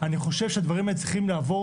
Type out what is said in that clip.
אני חושב שהדברים האלה צריכים לעבור